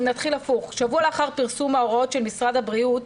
שבוע לאחר פרסום ההוראות של משרד הבריאות